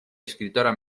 escritora